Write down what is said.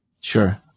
Sure